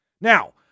Now